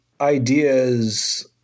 ideas